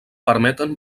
permeten